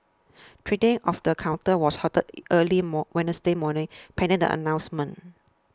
trading of the counter was halted early more Wednesday morning pending the announcement